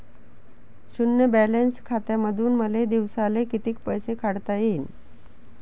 शुन्य बॅलन्स खात्यामंधून मले दिवसाले कितीक पैसे काढता येईन?